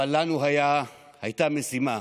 אבל לנו הייתה משימה.